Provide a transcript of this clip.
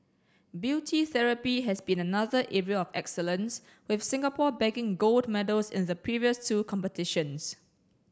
beauty therapy has been another area of excellence with Singapore bagging gold medals in the previous two competitions